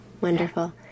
Wonderful